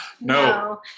No